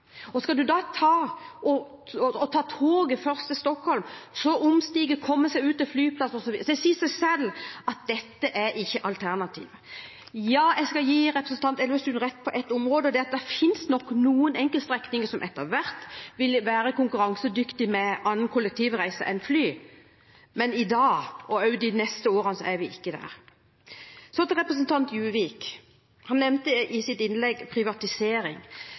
Riga. Skal man da først ta toget til Stockholm, så omstigning: komme seg ut til flyplassen? Det sier seg selv at dette ikke er et alternativ. Jeg skal gi representanten Elvestuen rett på ett område, og det er at det nok finnes noen enkeltstrekninger som etter hvert vil være konkurransedyktig med hensyn til annet kollektivtilbud enn fly. Men i dag, og også de neste årene, er vi ikke der. Så til representanten Juvik. Han nevnte i sitt innlegg privatisering.